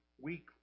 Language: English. weekly